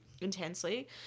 intensely